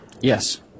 Yes